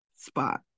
spot